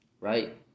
right